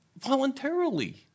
Voluntarily